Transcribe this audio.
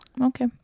okay